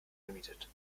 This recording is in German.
gemietet